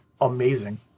amazing